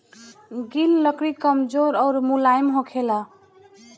गिल लकड़ी कमजोर अउर मुलायम होखेला